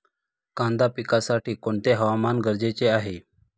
कांदा पिकासाठी कोणते हवामान गरजेचे आहे?